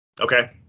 Okay